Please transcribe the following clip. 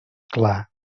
clar